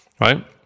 right